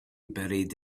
buried